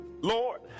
Lord